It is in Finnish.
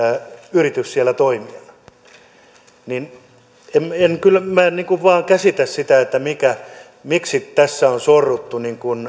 yritys siellä toimijana en vain käsitä sitä miksi tässä on sorruttu